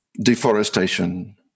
deforestation